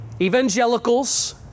Evangelicals